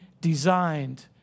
designed